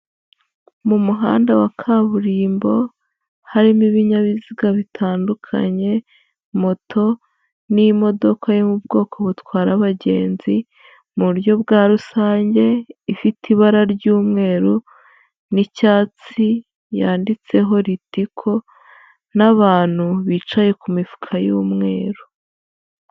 Mu muhanda wa kaburimbo harimo ibinyabiziga bitandukanye moto n'imodoka yo mu bwoko butwara abagenzi mu buryo bwa rusange, ifite ibara ry'umweru n'icyatsi yanditseho ritiko, n'abantu bicaye ku mifuka y'umweru.